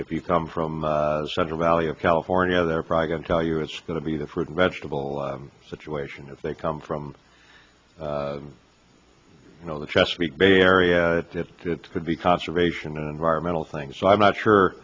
if you come from central valley of california they're probably going to tell you it's going to be the fruit and vegetable situation if they come from you know the chesapeake bay area it could be conservation and environmental things so i'm not sure